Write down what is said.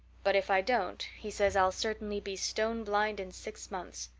but if i don't he says i'll certainly be stone-blind in six months.